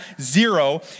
zero